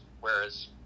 Whereas